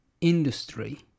industry